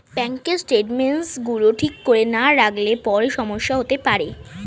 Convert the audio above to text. ব্যাঙ্কের স্টেটমেন্টস গুলো ঠিক করে না রাখলে পরে সমস্যা হতে পারে